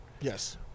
Yes